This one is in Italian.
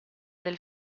del